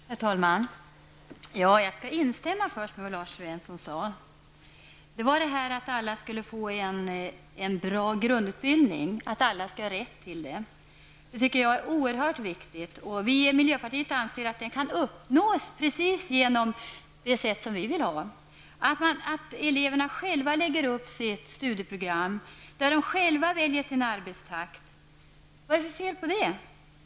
Herr talman! Jag skall först instämma med vad Lars Svensson sade om att alla måste ges rätt till en bra grundutbildning. Det tycker jag är oerhört viktigt. Vi i miljöpartiet anser att det kan uppnås precis på det sätt som vi förordar. Eleverna skall själva få lägga upp sitt studieprogram och välja arbetstakt. Vad är det för fel på det?